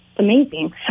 Amazing